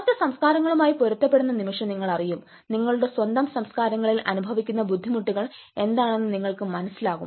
മറ്റ് സംസ്കാരങ്ങളുമായി പൊരുത്തപ്പെടുന്ന നിമിഷം നിങ്ങൾ അറിയും നിങ്ങളുടെ സ്വന്തം സംസ്കാരങ്ങളിൽ അനുഭവിക്കുന്ന ബുദ്ധിമുട്ടുകൾ എന്താണെന്നും നിങ്ങൾക്ക് മനസ്സിലാകും